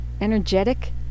energetic